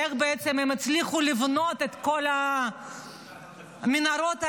איך בעצם הם הצליחו לבנות את כל המנהרות האלה?